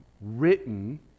Written